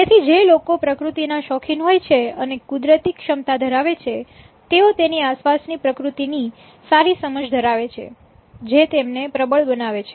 તેથી જે લોકો પ્રકૃતિના શોખીન હોય છે અને કુદરતી ક્ષમતા ધરાવે છે તેઓ તેની આસપાસની પ્રકૃતિની સારી સમજ ધરાવે છે જે તેમને પ્રબળ બનાવે છે